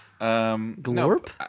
Glorp